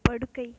படுக்கை